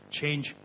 change